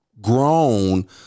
grown